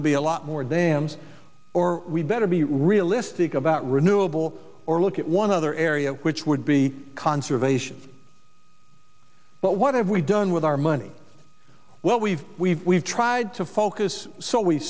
to be a lot more dams or we'd better be realistic about renewable or look at one other area which would be conservation but what have we done with our money what we've we've we've tried to focus so we